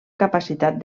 capacitat